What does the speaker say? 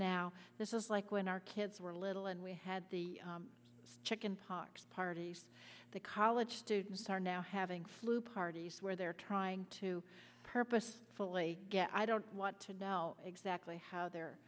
now this is like when our kids were little and we had the chicken pox parties the college students are now having flu parties where they're trying to purpose fully get i don't want to know exactly how they're